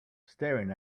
staring